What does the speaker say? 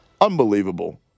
unbelievable